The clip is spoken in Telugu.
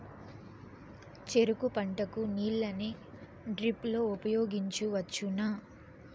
చెరుకు పంట కు నీళ్ళని డ్రిప్ లో ఉపయోగించువచ్చునా?